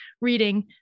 reading